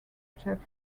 geoff